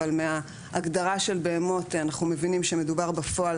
אבל מההגדרה של בהמות אנחנו מבינים שמדובר בפועל